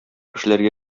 эшләргә